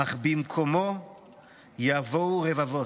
/ אך במקומו יבואו רבבות,